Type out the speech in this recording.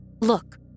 Look